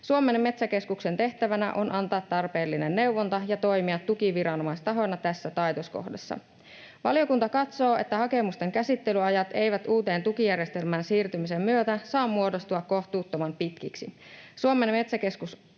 Suomen metsäkeskuksen tehtävänä on antaa tarpeellinen neuvonta ja toimia tukiviranomaistahona tässä taitoskohdassa. Valiokunta katsoo, että hakemusten käsittelyajat eivät uuteen tukijärjestelmään siirtymisen myötä saa muodostua kohtuuttoman pitkiksi. Suomen metsäkeskus